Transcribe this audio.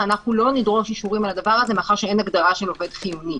ולא נדרוש אישורים על הדבר הזה מאחר שאין הגדרה של עובד חיוני.